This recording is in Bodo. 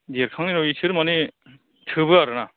देरखांनायाव बिसोर मानि थोबो आरो ना